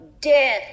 death